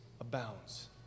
abounds